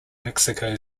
mexico